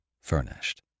furnished